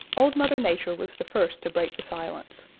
old mother nature was the first to break the silence.